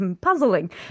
puzzling